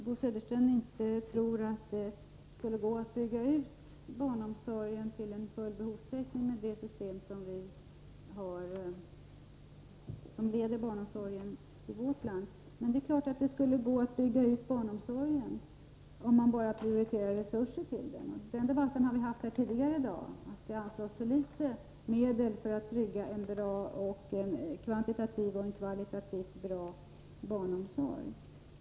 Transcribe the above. Fru talman! Det verkar som om Bo Södersten inte tror att det skulle gå att bygga ut barnomsorgen till full behovstäckning med det system som leder barnomsorgen i vårt land. Men det är klart att det skulle gå att bygga ut barnomsorgen, bara man prioriterar resurser för detta. Den debatten har vi fört tidigare här i dag — att det anslås för litet medel för att trygga en kvantitativt och kvalitativt bra barnomsorg.